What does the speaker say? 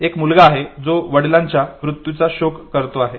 एक मुलगा आहे जो आपल्या वडिलांच्या मृत्यूचा शोक करतो आहे